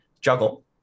juggle